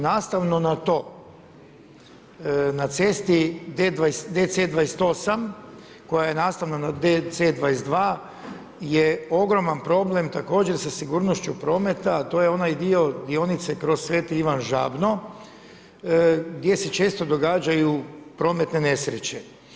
Nastavno na to, na cesti DC 28 koja je nastavna na DC 22 je ogroman problem također sa sigurnošću prometa, to je onaj dio dionice kroz Sveti Ivan Žabno gdje se često događaju prometne nesreće.